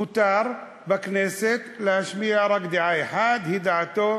מותר בכנסת להשמיע רק דעה אחת, היא דעתו